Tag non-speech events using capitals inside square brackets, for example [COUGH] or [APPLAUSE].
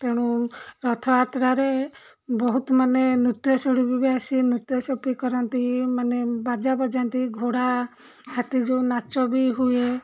ତେଣୁ ରଥଯାତ୍ରାରେ ବହୁତ ମାନେ ନୃତ୍ୟ ବି ଆସି ନୃତ୍ୟ [UNINTELLIGIBLE] କରନ୍ତି ମାନେ ବାଜା ବଜାନ୍ତି ଘୋଡ଼ା ହାତୀ ଯେଉଁ ନାଚ ବି ହୁଏ